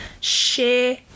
Share